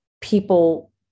people